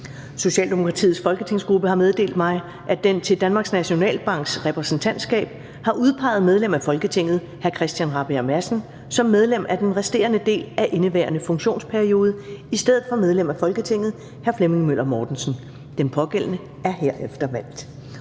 Socialdemokratiets folketingsgruppe har meddelt mig, at den til Danmarks Nationalbanks Repræsentantskab har udpeget medlem af Folketinget hr. Christian Rabjerg Madsen som medlem for den resterende del af indeværende funktionsperiode i stedet for medlem af Folketinget hr. Flemming Møller Mortensen. Den pågældende er herefter valgt.